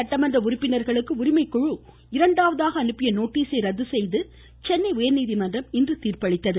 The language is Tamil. சட்டமன்ற உறுப்பினர்களுக்கு உரிமைக்குழு இரண்டாவதாக அனுப்பிய நோட்டீஸை ரத்து செய்து சென்னை உயர்நீதிமன்றம் இன்று தீர்ப்பளித்தது